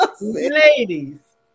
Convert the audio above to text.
Ladies